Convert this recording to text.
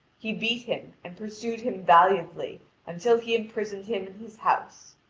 he beat him and pursued him valiantly until he imprisoned him in his house.